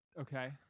Okay